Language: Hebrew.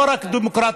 ולא רק דמוקרטית,